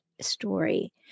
story